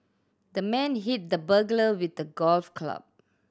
the man hit the burglar with a golf club